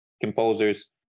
composers